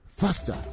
Faster